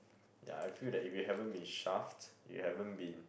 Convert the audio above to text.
ya I feel that if you haven't been shaft you haven't been